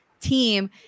team